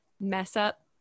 mess-up